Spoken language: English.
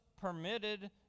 permitted